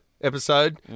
episode